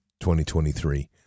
2023